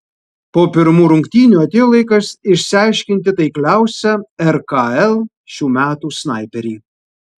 po pirmų rungtynių atėjo laikas išsiaiškinti taikliausią rkl šių metų snaiperį